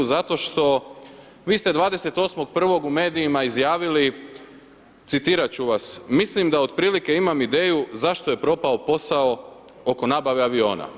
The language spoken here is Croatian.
Zato što vi ste 28. 01. u medijima izjavili citirat ću vas: „Mislim da otprilike imam ideju zašto je propao posao oko nabave aviona.